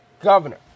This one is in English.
Governor